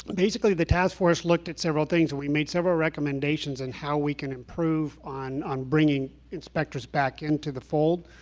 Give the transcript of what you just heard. basically, the task force looked at several things. and we made several recommendations on and how we can improve on on bringing inspectors back into the fold.